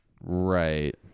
right